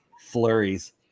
Flurries